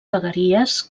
vegueries